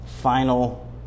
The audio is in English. final